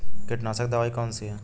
कीटनाशक दवाई कौन कौन सी हैं?